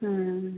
हाँ